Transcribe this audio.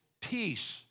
peace